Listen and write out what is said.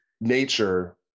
nature